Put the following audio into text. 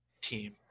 team